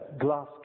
glass